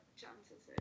chances